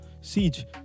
Siege